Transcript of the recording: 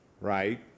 right